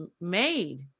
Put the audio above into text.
made